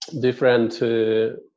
different